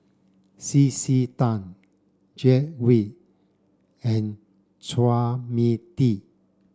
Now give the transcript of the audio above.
C C Tan Glen Goei and Chua Mia Tee